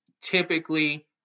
typically